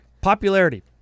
popularity